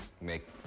make